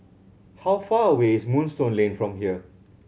how far away is Moonstone Lane from here